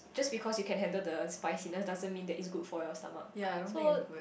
just because she can handle the spiciness doesn't mean that is good for your stomach